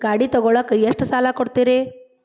ಗಾಡಿ ತಗೋಳಾಕ್ ಎಷ್ಟ ಸಾಲ ಕೊಡ್ತೇರಿ?